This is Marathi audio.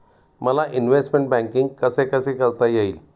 मला इन्वेस्टमेंट बैंकिंग कसे कसे करता येईल?